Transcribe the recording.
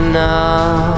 now